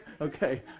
Okay